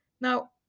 now